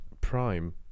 Prime